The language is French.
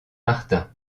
martin